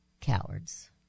Cowards